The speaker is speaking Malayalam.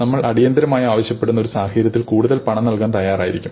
നമ്മൾ അടിയന്തിരമായി ആവശ്യപ്പെടുന്നു ഒരു സാഹചര്യത്തിൽ കൂടുതൽ പണം നൽകാൻ തയ്യാറായിരിക്കും